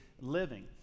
living